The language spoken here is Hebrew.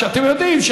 אתם יודעים,